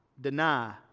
deny